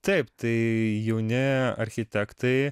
taip tai jauni architektai